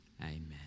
Amen